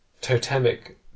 totemic